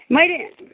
मैले